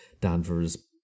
Danvers